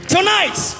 Tonight